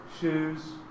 shoes